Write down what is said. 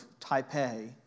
Taipei